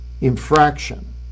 infraction